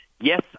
yes